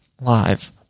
live